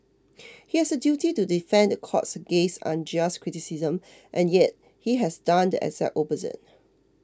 he has a duty to defend the courts against unjust criticism and yet he has done the exact opposite